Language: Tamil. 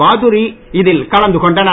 பாதுரி இதில் கலந்து கொண்டனர்